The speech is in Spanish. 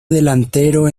delantero